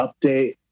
update